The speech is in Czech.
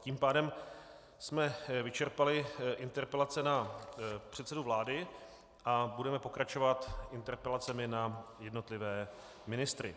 Tím pádem jsme vyčerpali interpelace na předsedu vlády a budeme pokračovat interpelacemi na jednotlivé ministry.